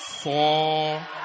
four